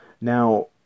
Now